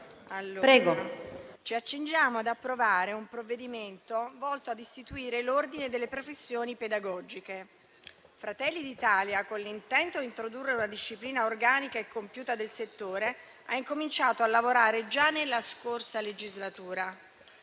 ci accingiamo ad approvare un provvedimento volto ad istituire l'Ordine delle professioni pedagogiche. Fratelli d'Italia, con l'intento di introdurre una disciplina organica e compiuta del settore, ha cominciato a lavorare già nella scorsa legislatura,